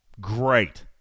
Great